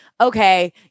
okay